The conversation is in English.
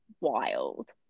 wild